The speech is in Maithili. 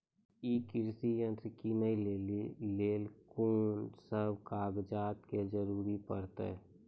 ई कृषि यंत्र किनै लेली लेल कून सब कागजात के जरूरी परतै?